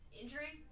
injury